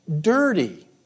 dirty